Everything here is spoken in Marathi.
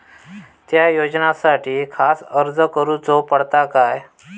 त्या योजनासाठी खास अर्ज करूचो पडता काय?